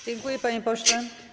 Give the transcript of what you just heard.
Dziękuję, panie pośle.